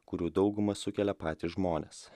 kurių daugumą sukelia patys žmonės